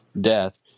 death